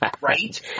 Right